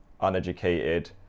uneducated